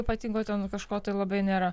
ypatingo ten kažko labai nėra